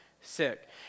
sick